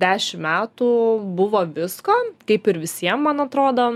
dešim metų buvo visko kaip ir visiem man atrodo